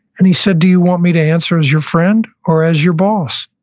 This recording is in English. and he said, do you want me to answer as your friend or as your boss?